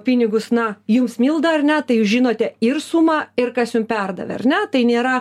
pinigus na jums milda ar ne tai jūs žinote ir sumą ir kas jum perdavė ar ne tai nėra